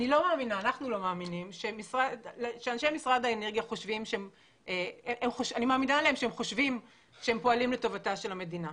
אנחנו מאמינים שאנשי משרד האנרגיה חושבים שהם פועלים לטובתה של המדינה.